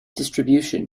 distribution